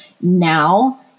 Now